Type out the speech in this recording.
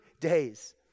days